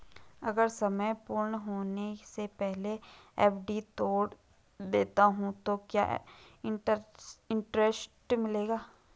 अगर समय पूर्ण होने से पहले एफ.डी तोड़ देता हूँ तो क्या इंट्रेस्ट मिलेगा?